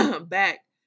back